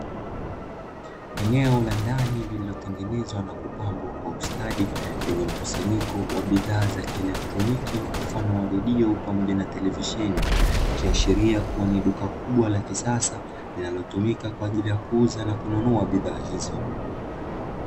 Eneo la ndani lililotengenezwa na kupambwa kwa ustadi lenye mkusanyiko wa bidhaa za kielektroniki mfano wa redio pamoja na televisheni, ikiashiria kuwa ni duka kubwa la kisasa linalotumika kwa ajili ya kuuza na kununua bidhaa hizo.